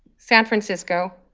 san francisco,